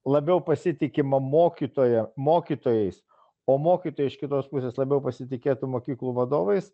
labiau pasitikima mokytojo mokytojais o mokytojai iš kitos pusės labiau pasitikėtų mokyklų vadovais